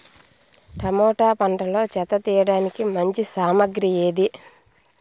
Tomato పంటలో చెత్త తీయడానికి మంచి సామగ్రి ఏది?